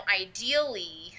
ideally